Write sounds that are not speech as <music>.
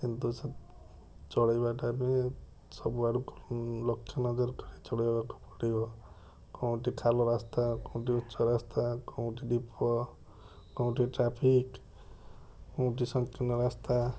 କିନ୍ତୁ ସବ ଚଳେଇବା ଟା ବି ସବୁ ଆଡ଼ୁ ଲକ୍ଷ୍ୟ ନଜର <unintelligible> ଚଳେଇବାକୁ ପଡ଼ିବ କେଉଁଠି ଖାଲ ରାସ୍ତା କେଉଁଠି ଉଚା ରାସ୍ତା କେଉଁଠି ଢିପ କେଉଁଠି ଟ୍ରାଫିକ କେଉଁଠି ସଂକୀର୍ଣ୍ଣ ରାସ୍ତା